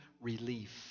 relief